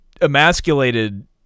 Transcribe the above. emasculated